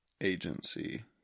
agency